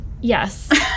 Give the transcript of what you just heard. yes